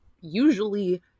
usually